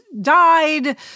died